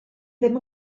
ddim